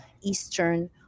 Eastern